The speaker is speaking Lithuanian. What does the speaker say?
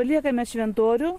paliekame šventorių